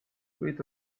võid